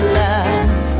love